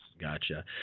Gotcha